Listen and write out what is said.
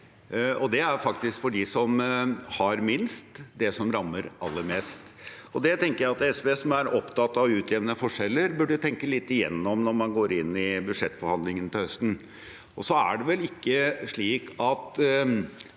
faktisk for dem som har minst, og som rammer aller mest. Det burde SV, som er opptatt av å utjevne forskjeller, tenke litt gjennom når man går inn i budsjettforhandlingene til høsten. Så er det vel ikke slik at